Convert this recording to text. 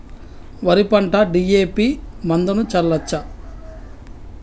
వరి పంట డి.ఎ.పి మందును చల్లచ్చా?